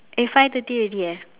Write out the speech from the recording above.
eh five thirty already eh